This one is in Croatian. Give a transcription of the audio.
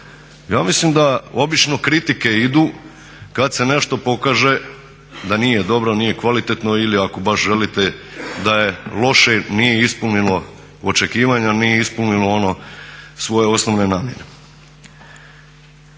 Ja mislim da obično kritike idu kad se nešto pokaže da nije dobro, nije kvalitetno ili ako baš želite da je loše jer nije ispunilo očekivanja, nije ispunilo one svoje osnovne namjene.